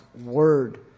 word